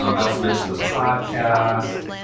um i also mentioned the podcast.